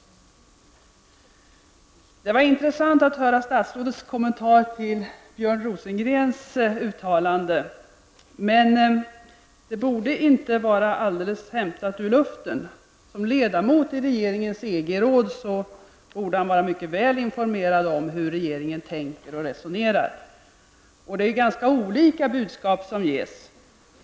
Det var intressant att höra statsrådets kommentar till Björn Rosengrens uttalande. Men detta borde inte vara helt hämtat ur luften. Som ledamot av regeringens EG-råd borde Björn Rosengren vara mycket väl informerad om hur regeringen tänker och resonerar. Det är ju ganska olika budskap som ges.